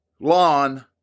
lawn